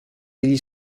degli